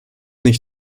nicht